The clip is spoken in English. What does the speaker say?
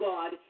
God